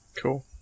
Cool